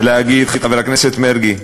ולהגיד, חבר הכנסת מרגי,